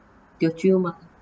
teochew mah